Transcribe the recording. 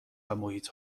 ومحیط